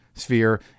sphere